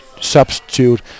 substitute